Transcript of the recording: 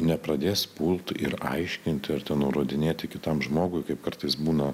nepradės pult ir aiškint ir nurodinėti kitam žmogui kaip kartais būna